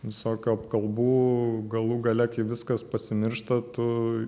visokių apkalbų galų gale kai viskas pasimiršta tu